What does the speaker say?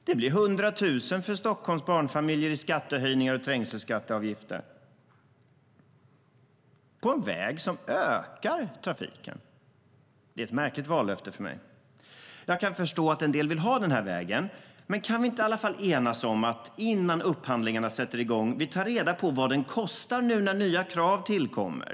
Det blir 100 000 för Stockholms barnfamiljer i skattehöjningar och trängselskatteavgifter - för en väg som ökar trafiken. Det är ett märkligt vallöfte. Jag kan förstå att en del vill ha den här vägen. Men kan vi inte enas om att vi i alla fall innan upphandlingarna sätter i gång tar reda på vad den kostar, nu när nya krav tillkommer?